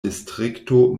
distrikto